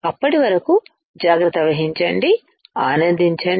అప్పటి వరకు జాగ్రత్త వహించండి ఆనందించండి